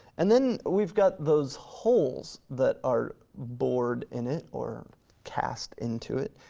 and then we've got those holes that are bored in it or cast into it.